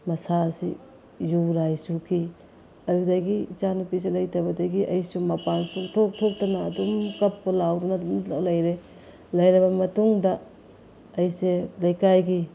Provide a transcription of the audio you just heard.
ꯃꯁꯥꯁꯤ ꯌꯨꯔꯥꯏ ꯆꯨꯈꯤ ꯑꯗꯨꯗꯒꯤ ꯏꯆꯥ ꯅꯨꯄꯤꯁꯤ ꯂꯩꯇꯕꯗꯒꯤ ꯑꯩꯁꯨ ꯃꯄꯥꯟ ꯁꯨꯛꯊꯣꯛ ꯊꯣꯛꯇꯅ ꯑꯗꯨꯝ ꯀꯞꯄ ꯂꯥꯎꯗꯅ ꯑꯗꯨꯝ ꯂꯩꯔꯦ ꯂꯩꯔꯕ ꯃꯇꯨꯡꯗ ꯑꯩꯁꯦ ꯂꯩꯀꯥꯏꯒꯤ